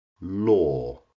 Law